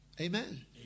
Amen